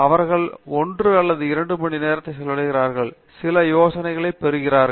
அவர்கள் 1 அல்லது 2 மணிநேரத்தை செலவிடுகிறார்கள் சில யோசனைகளைப் பெறுகிறார்கள்